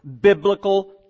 biblical